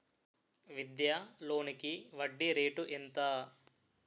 విద్యా లోనికి వడ్డీ రేటు ఎంత?